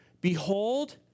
Behold